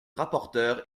rapporteur